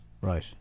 Right